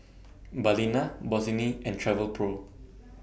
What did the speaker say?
Balina Bossini and Travelpro